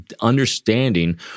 understanding